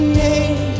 name